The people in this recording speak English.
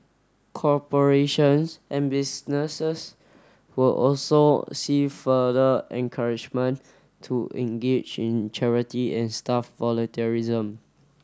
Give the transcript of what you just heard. corporations and businesses will also see further encouragement to engage in charity and staff volunteerism